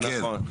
נכון?